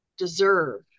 Deserve